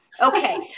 Okay